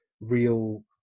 real